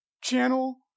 channel